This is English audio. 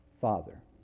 Father